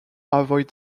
avoid